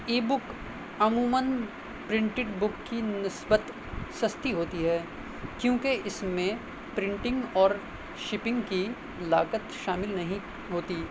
ای بک عموماً printed book کی نسبت سستی ہوتی ہے کیوںکہ اس میں پرنٹنگ اور شپنگ کی لاگت شامل نہیں ہوتی